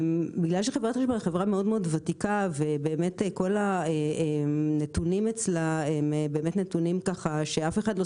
בגלל שחברת החשמל היא חברה מאוד ותיקה ובזמנו אף אחד לא